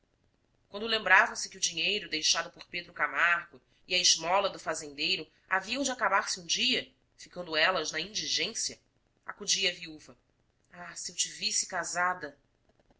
quando lembravam se que o dinheiro deixado por pedro camargo e a esmola do fazendeiro haviam de acabar se um dia ficando elas na indigência acudia a viúva ah se eu te visse casada